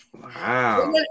Wow